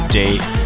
date